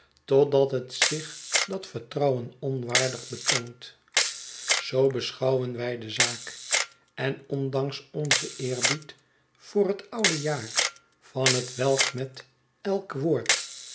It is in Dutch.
tdat het zich dat vertrouwen onwaardig betoont zoo beschouwen wij de zaak en ondanks onzen eerbied voor het oude jaar van hetwelk met elk woord